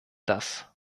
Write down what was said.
das